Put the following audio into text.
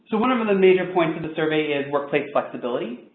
so one um of the major points of the survey is workplace flexibility.